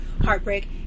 heartbreak